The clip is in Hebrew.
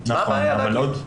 מה הבעיה להגיד?